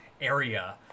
area